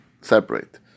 separate